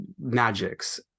magics